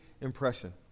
impression